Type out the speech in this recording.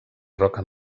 roca